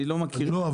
אני לא מכיר --- לא,